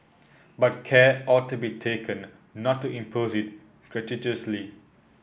but care ought to be taken not to impose it gratuitously